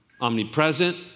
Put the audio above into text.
omnipresent